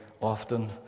often